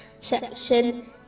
section